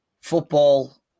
football